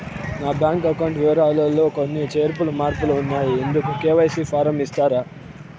నా bank account వివరాలు లో కొన్ని చేర్పులు మార్పులు ఉన్నాయి, ఇందుకు కె.వై.సి ఫారం ఇస్తారా?